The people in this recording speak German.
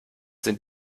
sind